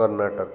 Karnataka